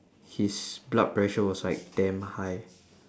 his blood pressure was like damn high